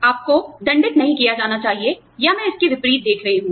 आपको दंडित नहीं किया जाना चाहिए या मैं इसके विपरीत देख रही हूं